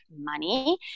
money